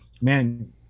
man